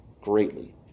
greatly